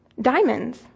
diamonds